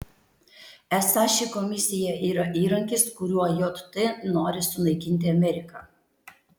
esą ši komisija yra įrankis kuriuo jt nori sunaikinti ameriką